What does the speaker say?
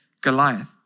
Goliath